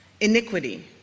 iniquity